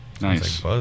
Nice